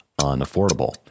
unaffordable